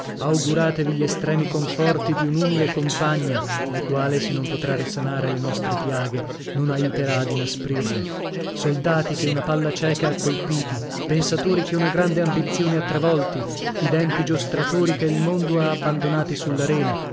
auguratevi gli estremi conforti di un'umile compagna la quale se non potrà risanare la nostre piaghe non aiuterà ad inasprirle soldati che una palla cieca ha colpiti pensatori che una grande ambizione ha travolti fidenti giostratori che il mondo ha abbandonati sull'arena